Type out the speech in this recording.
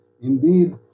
indeed